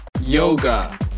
Yoga